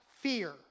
fear